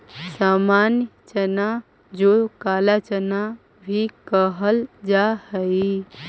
सामान्य चना जो काला चना भी कहल जा हई